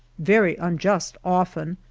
very unjust often,